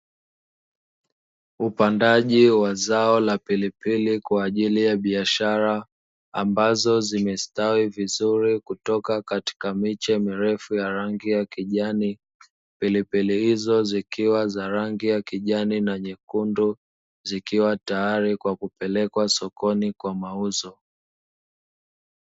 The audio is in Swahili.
Upandaji wa zao la pilipili kwa ajili ya biashara, ambazo zimestawi vizuri kutoka katika miche mirefu ya rangi ya kijani. Pilipili hizo zikiwa za rangi ya kijani na nyekundu, zikiwa tayari kwa kupelekwa sokoni kwa mauzo.